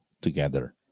together